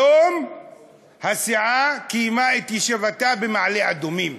היום הסיעה קיימה את ישיבתה במעלה-אדומים.